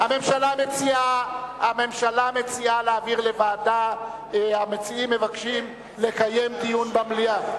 הממשלה מציעה להעביר לוועדה והמציעים מבקשים לקיים דיון במליאה.